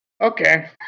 Okay